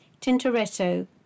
Tintoretto